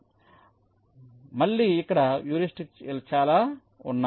కాబట్టి మళ్ళీ ఇక్కడ హ్యూరిస్టిక్స్ చాలా ఉన్నాయి